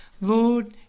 Lord